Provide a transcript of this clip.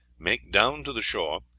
make down to the shore,